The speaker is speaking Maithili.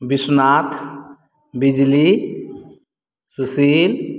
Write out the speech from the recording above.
विश्वनाथ बिजली सुशील